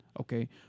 Okay